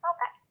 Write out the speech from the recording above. Okay